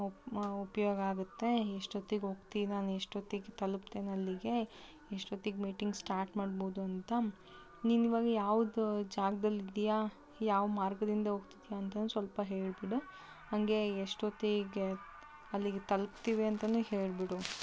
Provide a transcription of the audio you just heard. ಉಪಯೋಗ ಆಗುತ್ತೆ ಎಷ್ಟೊತ್ತಿಗೆ ಹೋಗ್ತೀನಿ ನಾನು ಎಷ್ಟೊತ್ತಿಗೆ ತಲುಪ್ತೀನಲ್ಲಿಗೆ ಎಷ್ಟೊತ್ತಿಗೆ ಮೀಟಿಂಗ್ ಸ್ಟಾಟ್ ಮಾಡ್ಬೋದು ಅಂತ ನೀನಿವಾಗ ಯಾವುದು ಜಾಗದಲ್ಲಿದ್ಯ ಯಾವ ಮಾರ್ಗದಿಂದ ಹೋಗ್ತಿದ್ಯ ಅಂತಲೂ ಸ್ವಲ್ಪ ಹೇಳಿಬಿಡು ಹಾಗೆ ಎಷ್ಟೊತ್ತಿಗೆ ಅಲ್ಲಿಗೆ ತಲುಪ್ತಿವಿ ಅಂತಲೂ ಹೇಳಿಬಿಡು